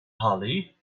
hollie